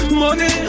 money